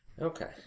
Okay